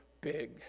big